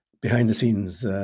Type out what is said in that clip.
behind-the-scenes